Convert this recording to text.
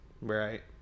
Right